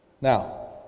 Now